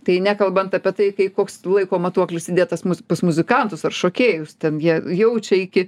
tai nekalbant apie tai kaip koks laiko matuoklis įdėtas mus pas muzikantus ar šokėjus ten jie jaučia iki